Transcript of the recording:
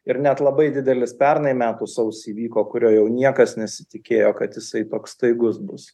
ir net labai didelis pernai metų sausį įvyko kurio jau niekas nesitikėjo kad jisai toks staigus bus